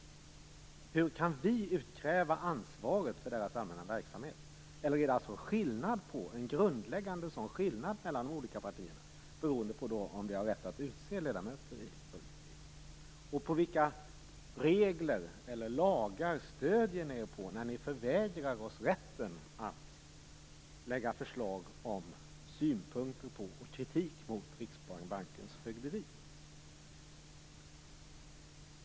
Hur kan vi utkräva ansvaret för dess allmänna verksamhet? Eller finns det en grundläggande skillnad mellan de olika partierna, beroende på om de har rätt att utse ledamöter i fullmäktige? På vilka regler eller lagar stöder ni er när ni förvägrar oss rätten att lägga fram förslag eller synpunkter och kritik mot Riksbankens fögderi?